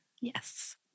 Yes